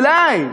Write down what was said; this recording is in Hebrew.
אולי?